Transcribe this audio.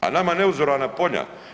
A nama neuzorana polja.